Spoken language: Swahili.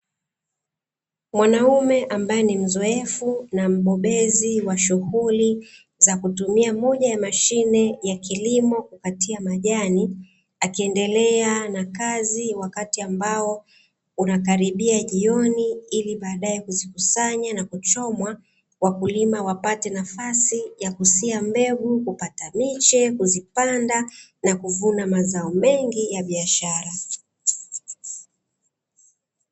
Mwanaume ambaye ni mzoefu na mbobezi wa shughuli za kutumia moja ya mashine ya kilimo kukatia majani, akiendelea na kazi wakati ambao unakaribia jioni; ilibadae kuzikusanya na kuchomwa wakulima wapate nafasi ya kusia mbegu, kupata miche, kuzipanda na kuvuna mazao mengi ya biashara.